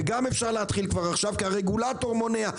אפשר להתחיל כבר עכשיו, אבל הרגולטור מונע.